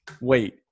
wait